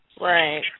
Right